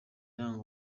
yanga